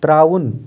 ترٛاوُن